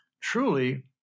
Truly